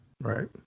Right